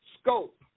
Scope